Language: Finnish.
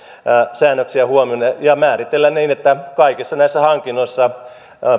säännöksiä huomioon ja määritellä niin että kaikissa näissä hankinnoissa